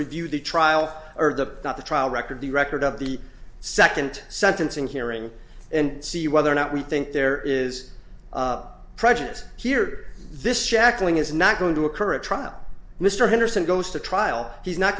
review the trial or the not the trial record the record of the second sentencing hearing and see whether or not we think there is prejudice here this shackling is not going to occur a trial mr henderson goes to trial he's not